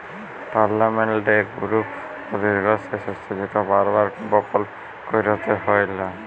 permanent crop বা দীঘ্ঘস্থায়ী শস্য যেট বার বার বপল ক্যইরতে হ্যয় লা